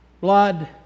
blood